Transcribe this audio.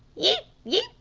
yi! yi!